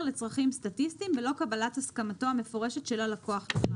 לצרכים סטטיסטיים ללא קבלת הסכמתו המפורשת של הלקוח".